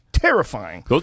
Terrifying